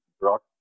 brought